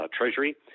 Treasury